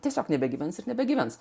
tiesiog nebegyvens ir nebegyvens